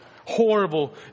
Horrible